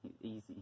Easy